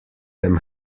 them